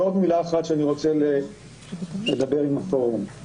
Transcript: ועוד מילה אחת שאני רוצה לדבר עם הפורום.